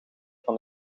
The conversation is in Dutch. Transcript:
van